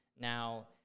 Now